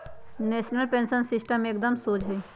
national pension system एकदम शोझ हइ